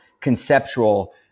conceptual